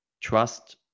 trust